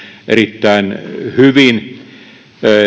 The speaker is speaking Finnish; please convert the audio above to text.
erittäin hyvin